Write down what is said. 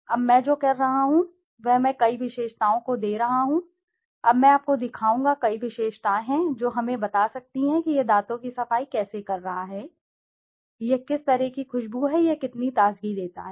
अब मैं जो कर रहा हूं वह मैं कई विशेषताओं को दे रहा हूं अब मैं आपको दिखाऊंगा कई विशेषताएं हैं जो हमें बता सकती हैं कि यह दांतों की सफाई कैसे कर रहा है यह कैसा है यह किस तरह की खुशबू है यह कितनी ताजगी देता है